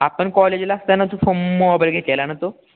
आपण कॉलेजला असताना तू फो मोबाईल घेतलेला ना तो